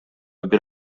бир